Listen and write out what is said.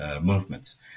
movements